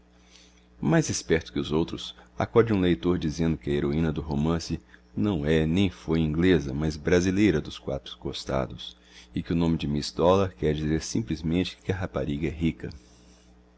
mais esperto que os outros acode um leitor dizendo que a heroína do romance não é nem foi inglesa mas brasileira dos quatro costados e que o nome de miss dollar quer dizer simplesmente que a rapariga é rica